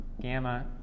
gamma